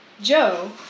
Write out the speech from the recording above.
Joe